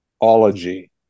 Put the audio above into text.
ology